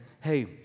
hey